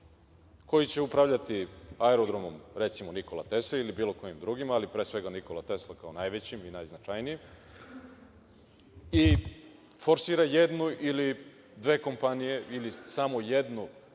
koji će upravljati aerodromom, recimo, „Nikola Tesla“ ili bilo kojim drugim, ali pre svega „Nikola Tesla“, kao najvećim i najznačajnijim, i forsira jednu ili dve kompanije ili samo jednu